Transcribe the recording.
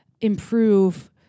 improve